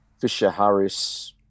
Fisher-Harris